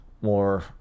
more